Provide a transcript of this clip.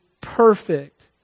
perfect